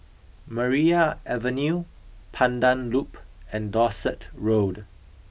Maria Avenue Pandan Loop and Dorset Road